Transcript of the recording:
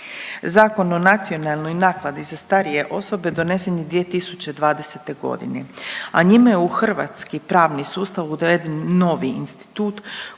Zakon o nacionalnoj naknadi za starije osobe donesen je 2020. godine, a njime je u hrvatski pravni sustav uveden novi institut